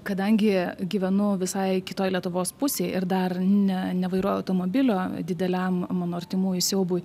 kadangi gyvenu visai kitoj lietuvos pusėj ir dar ne nevairuoju automobilio dideliam mano artimųjų siaubui